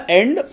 end